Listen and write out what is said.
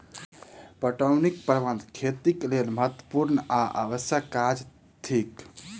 पटौनीक प्रबंध खेतीक लेल महत्त्वपूर्ण आ आवश्यक काज थिक